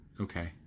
Okay